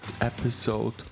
episode